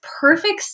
perfect